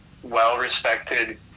well-respected